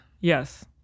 yes